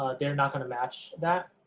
they're not gonna match that,